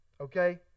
okay